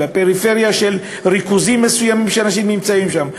אלא פריפריה של ריכוזים מסוימים שאנשים נמצאים שם.